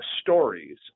stories